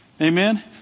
amen